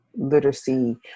literacy